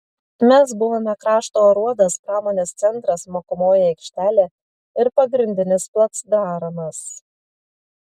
mes buvome krašto aruodas pramonės centras mokomoji aikštelė ir pagrindinis placdarmas